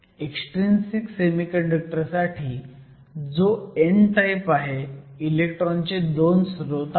extrinsic semiconductor साठी जो n type आहे इलेक्ट्रॉनचे 2 स्रोत आहेत